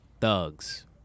thugs